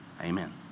Amen